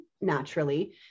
naturally